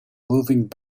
moving